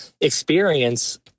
experience